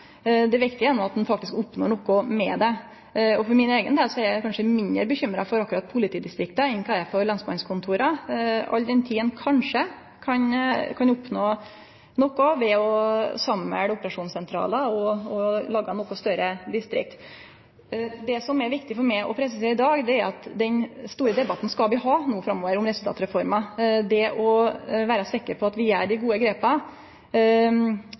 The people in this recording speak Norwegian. at ein oppnår noko med det. For min eigen del er eg kanskje mindre bekymra for politidistrikta enn kva eg er for lensmannskontora, all den tid ein kanskje kan oppnå noko ved å samle operasjonssentralar og lage noko større distrikt. Det som er viktig for meg å presisere i dag, er at den store debatten om resultatreforma skal vi ha framover for å vere sikre på at vi gjer dei gode grepa.